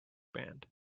band